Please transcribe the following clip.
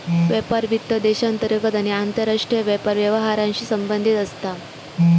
व्यापार वित्त देशांतर्गत आणि आंतरराष्ट्रीय व्यापार व्यवहारांशी संबंधित असता